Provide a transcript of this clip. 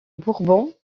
bourbon